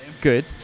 Good